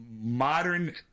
modern